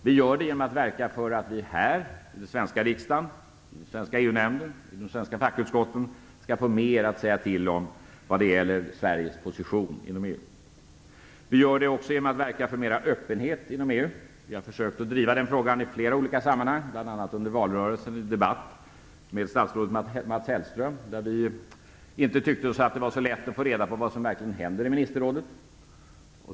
Vi gör det genom att verka för att vi här - i den svenska riksdagen, i den svenska EU-nämnden och i de svenska fackutskotten - skall få mer att säga till om vad gäller Sveriges position inom EU. Vi gör det också genom att verka för mera öppenhet inom EU. Vi har försökt driva den frågan i flera olika sammanhang, bl.a. under valrörelsen i debatt med statsrådet Mats Hellström, där vi inte tyckte att det var så lätt att få reda på vad som verkligen händer i Ministerrådet.